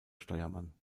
steuermann